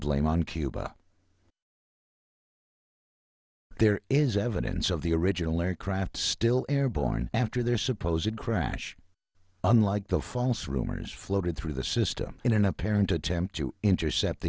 blame on cuba there is evidence of the original aircraft still airborne after their supposed crash unlike the false rumors floated through the system in an apparent attempt to intercept